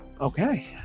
Okay